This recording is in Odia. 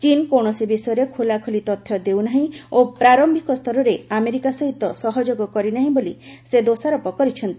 ଚୀନ୍ କୌଣସି ବିଷୟରେ ଖୋଲାଖୋଲି ତଥ୍ୟ ଦେଉନାହିଁ ଓ ପ୍ରାରମ୍ଭିକ ସ୍ତରରେ ଆମେରିକା ସହିତ ସହଯୋଗ କରିନାହିଁ ବୋଲି ସେ ଦୋଷାରୋପ କରିଛନ୍ତି